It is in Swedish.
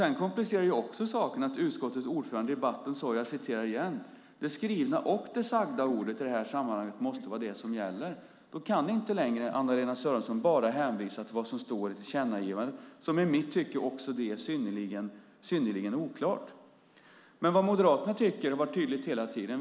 Sedan komplicerar det också saken att utskottets ordförande i debatten sade, jag citerar igen: "Det skrivna ordet och det sagda ordet i det här sammanhanget måste vara det som gäller." Då kan Anna-Lena Sörenson inte längre bara hänvisa till det som står i tillkännagivandet, som i mitt tycke också det är synnerligen oklart. Vad Moderaterna tycker har varit tydligt hela tiden.